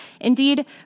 Indeed